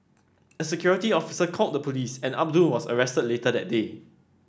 a security officer called the police and Abdul was arrested later that day